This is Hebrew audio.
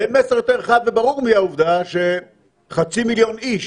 ואין מסר יותר חד וברור מהעובדה שחצי מיליון איש